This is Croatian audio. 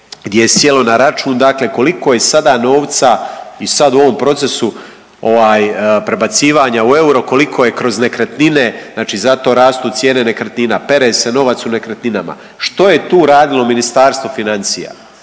gdje je sjelo na račun dakle koliko je sada novca i sada u ovom procesu prebacivanja u euro koliko je kroz nekretnine? Znači zato rastu cijene nekretnina. Pere se novac u nekretninama, što je tu radilo Ministarstvo financija?